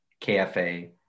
KFA